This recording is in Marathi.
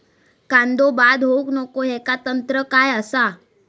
कांदो बाद होऊक नको ह्याका तंत्र काय असा?